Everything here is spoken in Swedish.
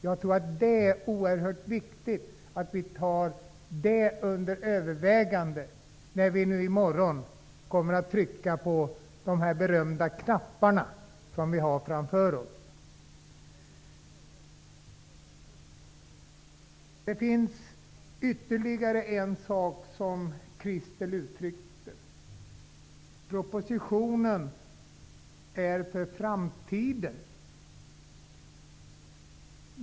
Jag tror att det är oerhört viktigt att vi tar det under övervägande när vi i morgon trycker på de berömda knappar vi har framför oss. Christel Anderberg sade också att propositionen är för framtiden.